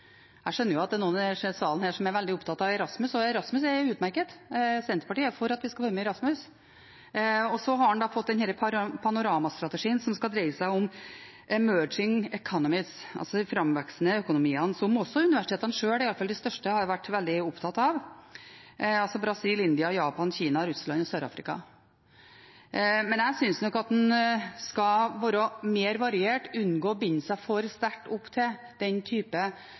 er veldig opptatt av Erasmus, og Erasmus er utmerket, Senterpartiet er for at vi skal være med i Erasmus. Så har en fått denne Panorama-strategien, som skal dreie seg om «emerging economies», altså de framvoksende økonomiene, som også universitetene sjøl, i hvert fall de største, har vært veldig opptatt av – altså Brasil, India, Japan, Kina, Russland og Sør-Afrika. Jeg synes nok en skal være mer variert og unngå å binde seg for sterkt opp til den